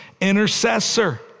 intercessor